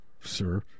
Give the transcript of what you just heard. Sir